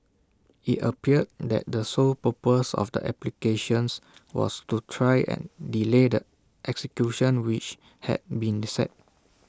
IT appeared that the sole purpose of the applications was to try and delay the execution which had been set